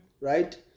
right